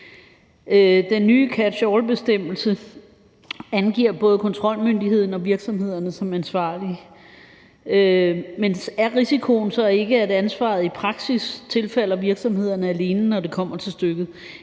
Den nye catch all-bestemmelse angiver både kontrolmyndigheden og virksomhederne som ansvarlige. Men er risikoen så ikke, at ansvaret i praksis tilfalder virksomhederne alene, når det kommer til stykket,